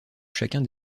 chacun